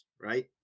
right